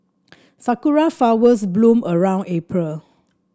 sakura flowers bloom around April